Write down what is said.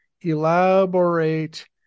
Elaborate